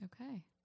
Okay